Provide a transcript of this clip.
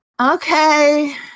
okay